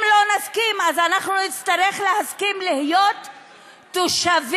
אם לא נסכים, נצטרך להסכים להיות תושבים,